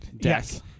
Yes